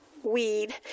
weed